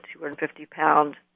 250-pound